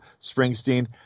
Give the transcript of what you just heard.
Springsteen